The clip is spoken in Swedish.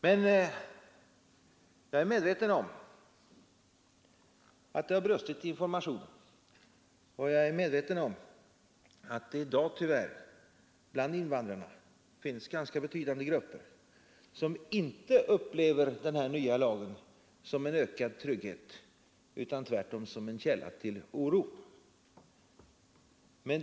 Men jag är medveten om att det har brustit i informationen och att det i dag tyvärr bland invandrarna finns ganska betydande grupper som inte upplever den föreslagna lagen som en ökad trygghet utan tvärtom som en källa till oro.